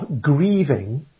grieving